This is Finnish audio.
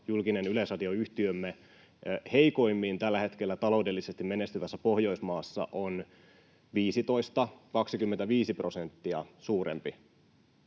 julkinen yleisradioyhtiömme, heikoimmin tällä hetkellä taloudellisesti menestyvässä Pohjoismaassa, on 15—25 prosenttia suurempi